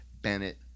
Bennett